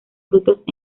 frutos